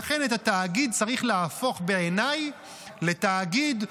לכן את התאגיד צריך להפוך בעיניי לתאגיד,